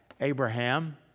Abraham